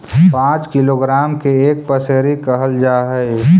पांच किलोग्राम के एक पसेरी कहल जा हई